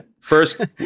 first